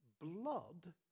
blood